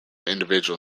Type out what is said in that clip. individual